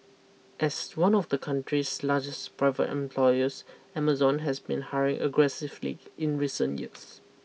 as one of the country's largest private employers Amazon has been hiring aggressively in recent years